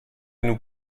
nous